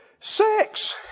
Sex